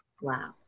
Wow